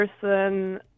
person